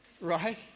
Right